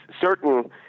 certain